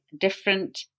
different